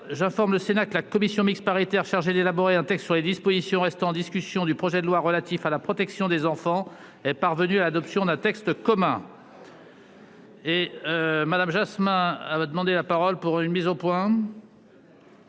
J'informe le Sénat que la commission mixte paritaire chargée d'élaborer un texte sur les dispositions restant en discussion du projet de loi relatif à la protection des enfants est parvenue à l'adoption d'un texte commun. La parole est à Mme Victoire